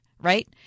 right